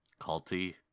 culty